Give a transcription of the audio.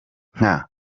nka